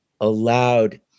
allowed